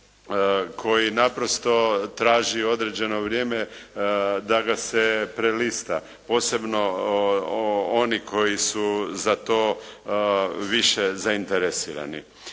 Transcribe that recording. koji naprosto traži određeno vrijeme da ga se prelista, posebno oni koji su za to više zainteresirani.